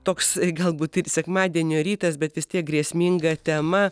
toks galbūt ir sekmadienio rytas bet vis tiek grėsminga tema